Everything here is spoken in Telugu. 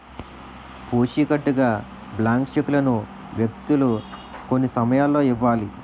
పూచికత్తుగా బ్లాంక్ చెక్కులను వ్యక్తులు కొన్ని సమయాల్లో ఇవ్వాలి